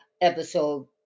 episode